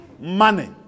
money